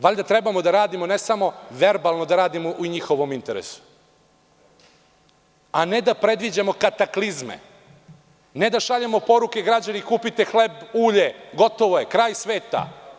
Valjda treba da radimo, a ne samo verbalno da radimo u njihovom interesu i ne da predviđamo kataklizme, ne da šaljemo poruke – građani, kupite hleb, ulje, gotovo je, kraj sveta.